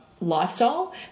lifestyle